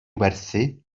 werthu